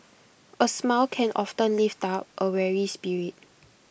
A smile can often lift up A weary spirit